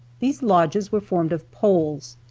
these lodges were formed of poles,